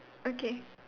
okay